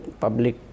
public